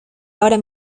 ahora